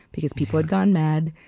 because people had gone mad,